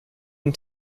and